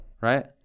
right